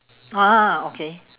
ah okay